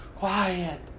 Quiet